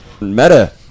Meta